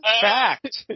fact